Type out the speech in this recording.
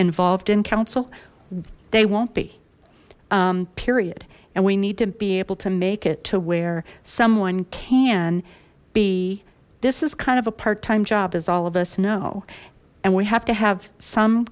involved in council they won't be period and we need to be able to make it to where someone can be this is kind of a part time job as all of us know and we have to have some